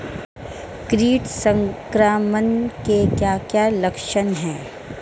कीट संक्रमण के क्या क्या लक्षण हैं?